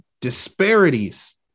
disparities